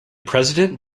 president